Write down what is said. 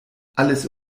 alles